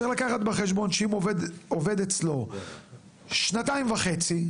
צריך להביא בחשבון שאם עובד עובד אצלו שנתיים וחצי,